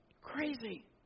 Crazy